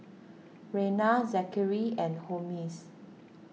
Reyna Zachary and Holmes